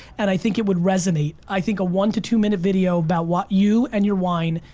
and i think it would resonate. i think a one to two minute video about what you and your wine,